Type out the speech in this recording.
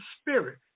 spirit